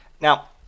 now